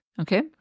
Okay